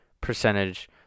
percentage